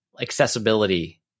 Accessibility